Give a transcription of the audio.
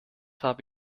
habe